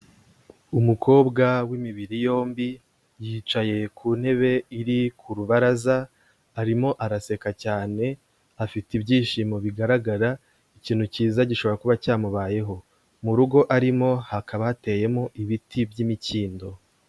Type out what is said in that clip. Umukobwa w'imibiri yombi, yicaye ku ntebe iri ku rubaraza, arimo araseka cyane, afite ibyishimo bigaragara, ikintu cyiza gishobora kuba cyamubayeho. Mu rugo arimo hakaba hateyemo ibiti by'imikindo.